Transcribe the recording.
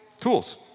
Tools